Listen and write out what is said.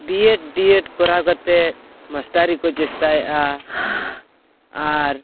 B Ed D Ed ᱠᱚᱨᱟᱣ ᱠᱟᱛᱮ ᱢᱟᱥᱴᱟᱨᱤᱠᱚ ᱪᱮᱥᱴᱟᱭᱮᱜᱼᱟ ᱟᱨ